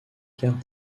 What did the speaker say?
quart